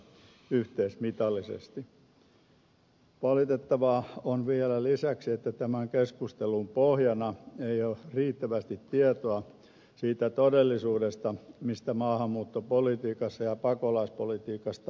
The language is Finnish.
valitettavaa on vielä lisäksi että tämän keskustelun pohjana ei ole riittävästi tietoa siitä todellisuudesta mistä maahanmuuttopolitiikassa ja pakolaispolitiikassa on kysymys